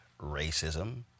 racism